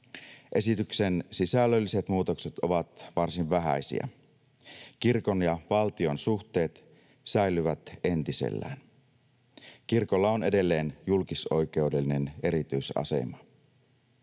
Esityksen sisällölliset muutokset ovat varsin vähäisiä. Kirkon ja valtion suhteet säilyvät entisellään. Kirkolla on edelleen julkisoikeudellinen erityisasema.